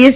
S